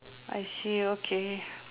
I see okay